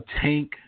tank